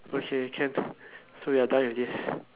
okay can so we're done with this